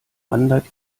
wandert